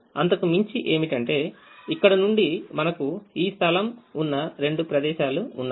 కానీ అంతకు మించి ఏమిటంటే ఇక్కడ నుండి మనకు ఈ స్థలం ఉన్న రెండు ప్రదేశాలు ఉన్నాయి